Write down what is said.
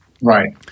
Right